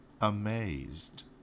amazed